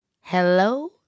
Hello